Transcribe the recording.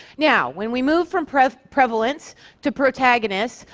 now, when we move from prevalence prevalence to protagonist,